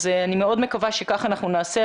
אני מאוד מקווה שכך אנחנו נעשה.